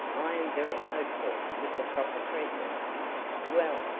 i am very hopeful, with the proper treatment well,